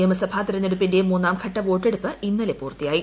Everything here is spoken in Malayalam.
നിയമസഭാ തെരഞ്ഞെടുപ്പിന്റെ മൂന്നാം ഘട്ട വോട്ടെടുപ്പ് ഇൻ്റ്ല് പൂർത്തിയായി